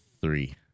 three